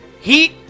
Heat